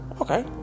okay